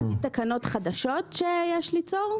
תקנות חדשות שיש ליצור.